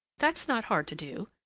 that's not hard to do,